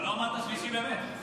אבל לא אמרת שלישי, באמת.